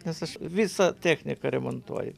nes aš visą techniką remontuoju